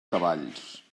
cavalls